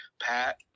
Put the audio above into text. Pat